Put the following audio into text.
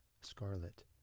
scarlet